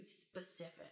specific